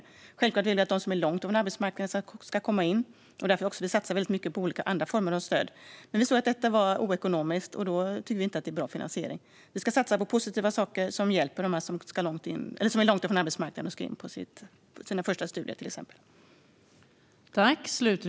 Och självklart vill vi att de som står långt från arbetsmarknaden ska komma in. Därför satsar vi också mycket på andra former av stöd. Men vi såg att detta var oekonomiskt. Då tycker vi inte att det är en bra finansiering. Vi ska satsa på positiva saker som hjälper de människor som står långt från arbetsmarknaden och ska in till exempel på sina första studier.